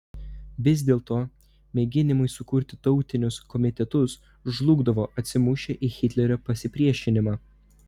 vis dėlto mėginimai sukurti tautinius komitetus žlugdavo atsimušę į hitlerio pasipriešinimą